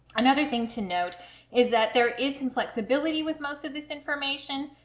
another thing to note is that there is some flexibility with most of this information.